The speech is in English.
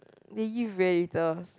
they give very little s~